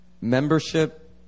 membership